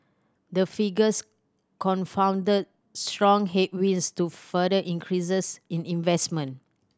the figures confounded strong headwinds to further increases in investment